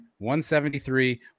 173